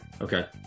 Okay